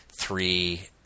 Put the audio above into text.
three